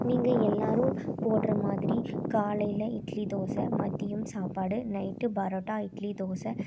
நீங்கள் எல்லோரும் போடுற மாதிரி காலையில் இட்லி தோசை மதியம் சாப்பாடு நைட்டு பரோட்டா இட்லி தோசை